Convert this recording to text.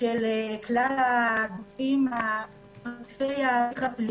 של כלל הגופים --- ההליך הפלילי,